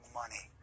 money